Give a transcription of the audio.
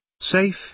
safe